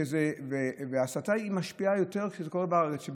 וההסתה משפיעה יותר כשזה קורה בארץ.